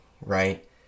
right